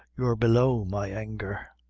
you're below my anger.